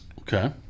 Okay